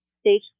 stage